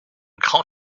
grand